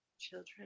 Children